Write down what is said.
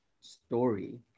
story